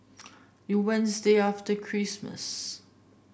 the Wednesday after Christmas